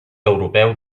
europeu